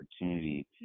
opportunity